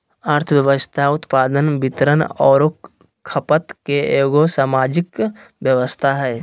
अर्थव्यवस्था उत्पादन, वितरण औरो खपत के एगो सामाजिक व्यवस्था हइ